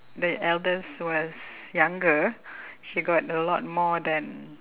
the eldest was younger she got a lot more than